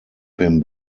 him